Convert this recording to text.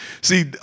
See